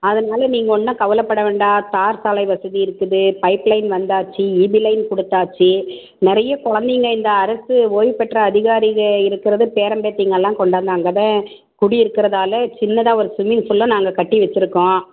அதனாலே நீங்கள் ஒன்றும் கவலைப்பட வேண்டாம் தார் சாலை வசதி இருக்குது பைப் லைன் வந்தாச்சு ஈபி லைன் குடுத்தாச்சு நிறைய இப்போ வந்திங்க இந்த அரசு ஓய்வு பெற்ற அதிகாரிங்க இருக்கிறது பேரன் பேத்திங்களெலாம் கொண்டாந்து அங்கே தான் குடி இருக்கிறதால சின்னதாக ஒரு ஸ்விம்மிங் ஃபூலும் நாங்கள் கட்டி வச்சுருக்கோம்